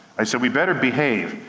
i said, we better behave.